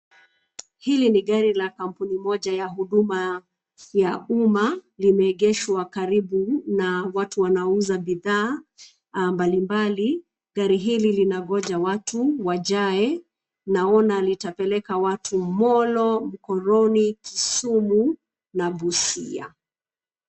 Hili ni gari la kampuni moja ya huduma ya umma, limeegeshwa karibu na watu wanaouza bidhaa mbalimbali. Gari hili linangoja watu wajae, naona litapeleka watu Molo, Mkoroni, Kisumu na Busia.